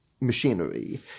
machinery